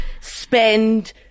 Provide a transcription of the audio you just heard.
spend